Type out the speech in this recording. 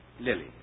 lily